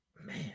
man